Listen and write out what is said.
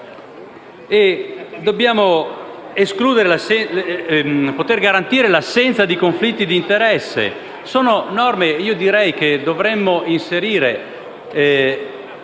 Dobbiamo garantire l'assenza di conflitti di interesse. Sono norme che dovremmo inserire